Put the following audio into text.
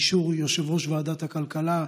אישור יושב-ראש ועדת הכלכלה,